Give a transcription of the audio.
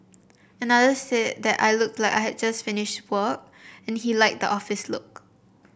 another said that I looked like I had just finished work and he liked the office look